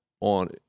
on